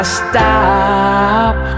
stop